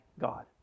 God